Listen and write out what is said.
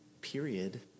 period